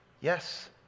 Yes